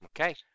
Okay